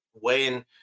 weighing